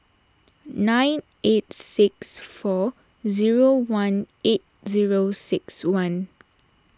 nine eight six four zero one eight zero six one